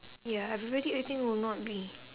ya everybody I think will not be